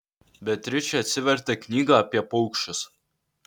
beatričė atsivertė knygą apie paukščius